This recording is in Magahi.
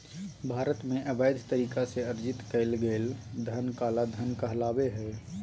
भारत में, अवैध तरीका से अर्जित कइल गेलय धन काला धन कहलाबो हइ